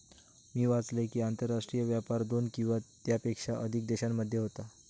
मी वाचलंय कि, आंतरराष्ट्रीय व्यापार दोन किंवा त्येच्यापेक्षा अधिक देशांमध्ये होता